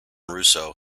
russo